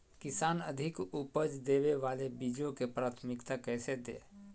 किसान अधिक उपज देवे वाले बीजों के प्राथमिकता कैसे दे?